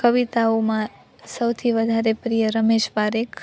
કવિતાઓમાં સૌથી વધારે પ્રિય રમેશ પારેખ